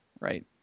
right